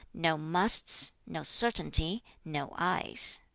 no must's, no certainty's, no i's.